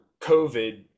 COVID